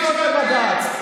לפנות לבג"ץ?